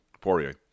Poirier